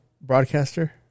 broadcaster